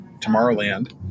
Tomorrowland